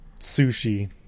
sushi